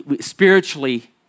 spiritually